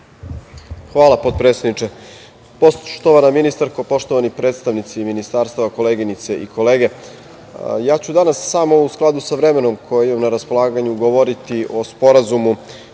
Hvala, potpredsedniče. Poštovana ministarko, poštovani predstavnici ministarstva, koleginice i kolege, ja ću danas samo u skladu sa vremenom koje imam na raspolaganju govoriti o Sporazumu